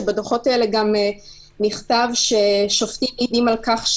שבדוחות האלה גם נכתב ששופטים מעידים על כך,